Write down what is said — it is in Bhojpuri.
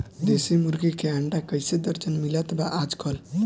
देशी मुर्गी के अंडा कइसे दर्जन मिलत बा आज कल?